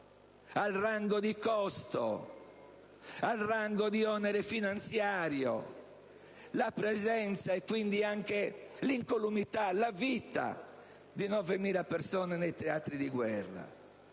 al rango di costo, al rango di onere finanziario la presenza, e quindi anche l'incolumità e la vita, di novemila persone nei teatri di guerra;